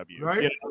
Right